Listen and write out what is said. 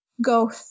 go